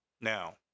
Now